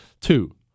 Two